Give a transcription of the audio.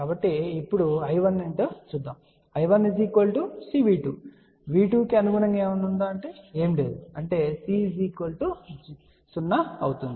కాబట్టి ఇప్పుడు I1 ని చూద్దాం I1 C V2 V2 కి అనుగుణంగా ఏమీ లేదు అంటే C 0 అవుతుంది